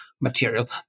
material